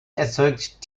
erzeugt